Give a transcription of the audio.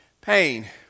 pain